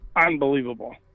unbelievable